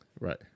right